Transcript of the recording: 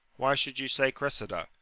why should you say cressida?